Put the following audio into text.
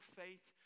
faith